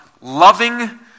loving